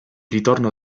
ritorno